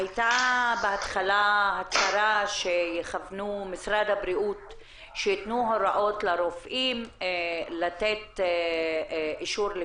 בהתחלה הייתה הצהרה של משרד הבריאות שייתנו הוראות לרופאים לתת אישור על